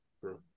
True